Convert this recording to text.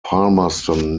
palmerston